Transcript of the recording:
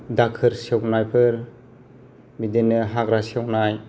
दाखोर सेवनायफोर बिदिनो हाग्रा सेवनाय